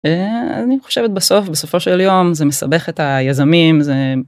אני חושבת בסוף, בסופו של יום זה מסבך את היזמים.